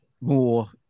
more